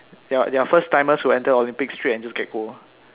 there are there are first timers who enter Olympics straight and just get gold